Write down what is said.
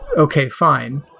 okay, fine.